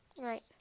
Right